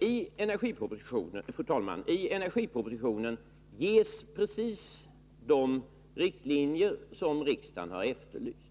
Fru talman! I energipropositionen har dragits upp precis de riktlinjer som riksdagen har efterlyst.